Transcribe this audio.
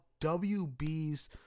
WB's